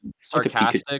Sarcastic